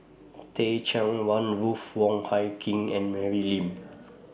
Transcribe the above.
Teh Cheang Wan Ruth Wong Hie King and Mary Lim